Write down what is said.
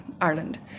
Ireland